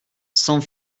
cent